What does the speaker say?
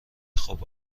خوب